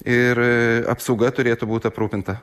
ir apsauga turėtų būt aprūpinta